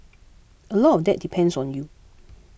a lot of that depends on you